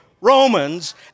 Romans